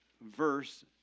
verse